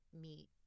meet